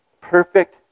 perfect